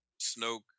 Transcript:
Snoke